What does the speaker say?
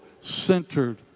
centered